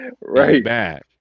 Right